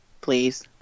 please